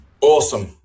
Awesome